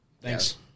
Thanks